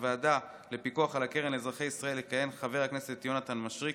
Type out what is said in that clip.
בוועדה לפיקוח על הקרן לאזרחי ישראל יכהן חבר הכנסת יונתן מישרקי,